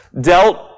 dealt